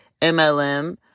MLM